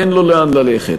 אין לו לאן ללכת.